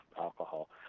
alcohol